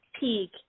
peak